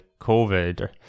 COVID